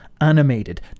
animated